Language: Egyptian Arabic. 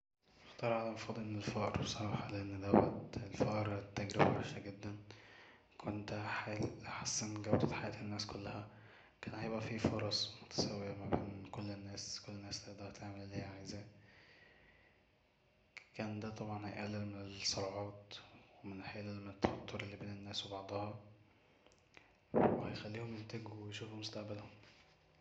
هختار عالم فاضي من الفقر بصراحة لان دوت الفقر تجربة وحشة جدا كنت هحل هحسن جودة حياة الناس كلها كان هيبقى في فرص متساوية مابين كل الناس كل الناس تقدر تعمل اللي هي عايزاه كان دا طبعا هيقلل من الصراعات وهيقلل من التوتر اللي بين الناس وبعضها وهيخليهم ينتجو ويشوفو مستقبلهم